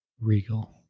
regal